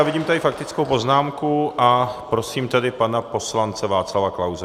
Vidím tady faktickou poznámku a prosím tedy pana poslance Václava Klause.